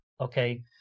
okay